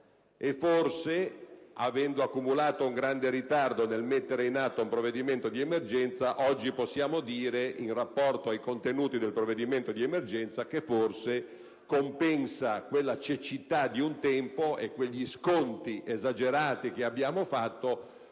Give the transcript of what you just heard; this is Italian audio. e forse, avendo accumulato un grande ritardo nel mettere in atto un provvedimento di emergenza, oggi possiamo dire, in rapporto ai contenuti del provvedimento di emergenza, che forse compensa la cecità di un tempo e gli sconti esagerati che abbiamo fatto